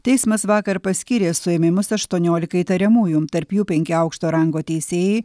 teismas vakar paskyrė suėmimus aštuoniolikai įtariamųjų tarp jų penki aukšto rango teisėjai